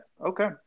Okay